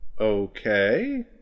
Okay